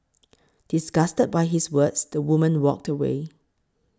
disgusted by his words the woman walked away